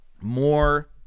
more